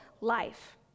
life